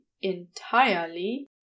entirely